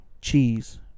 cheese